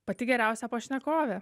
pati geriausia pašnekovė